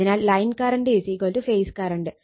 അതിനാൽ line current phase current